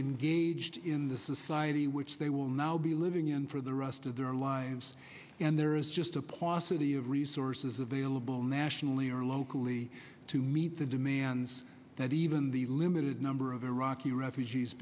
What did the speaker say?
engaged in the society which they will now be living in for the rest of their lives and there is just a paucity of resources available nationally or locally to meet the demands that even the limited number of iraqi refugees